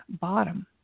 bottom